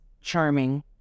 charming